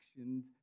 actions